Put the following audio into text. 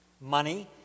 Money